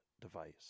device